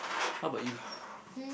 how about you